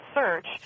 search